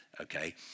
okay